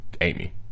Amy